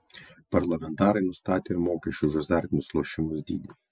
parlamentarai nustatė ir mokesčių už azartinius lošimus dydį